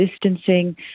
distancing